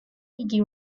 იგი